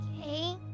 Okay